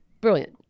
Brilliant